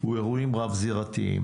הוא אירועים רב-זירתיים.